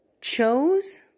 chose